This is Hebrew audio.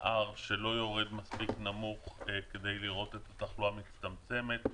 R שלא יורד מספיק נמוך כדי לראות את התחלואה מצטמצמת.